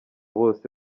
bose